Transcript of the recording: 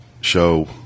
show